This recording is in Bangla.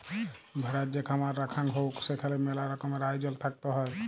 ভেড়ার যে খামার রাখাঙ হউক সেখালে মেলা রকমের আয়জল থাকত হ্যয়